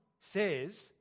says